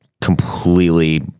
completely